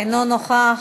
אינו נוכח,